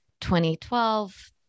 2012